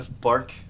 bark